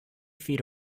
feet